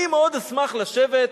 אני מאוד אשמח לשבת,